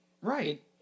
Right